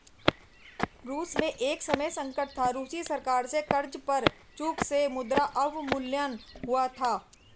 रूस में एक समय संकट था, रूसी सरकार से कर्ज पर चूक से मुद्रा अवमूल्यन हुआ था